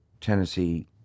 Tennessee